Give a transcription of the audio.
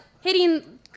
hitting